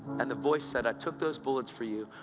and the voice said, i took those bullets for you.